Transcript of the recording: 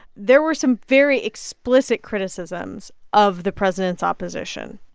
there were some very explicit criticisms of the president's opposition.